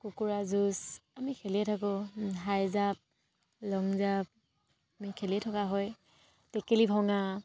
কুকুৰা যুঁজ আমি খেলিয়ে থাকোঁ হাই জাপ লং জাপ আমি খেলিয়ে থকা হয় টেকেলি ভঙা